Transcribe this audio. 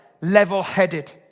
level-headed